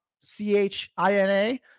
C-H-I-N-A